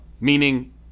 meaning